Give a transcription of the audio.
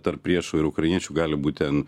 tarp priešų ir ukrainiečių gali būt ten